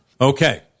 Okay